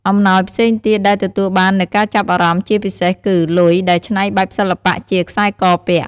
អំណោយផ្សេងទៀតដែលទទួលបាននូវការចាប់អារម្មណ៍ជាពិសេសគឺ លុយដែលឆ្នៃបែបសិល្បៈជាខ្សែកពាក់។